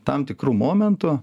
tam tikru momentu